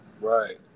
Right